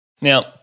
Now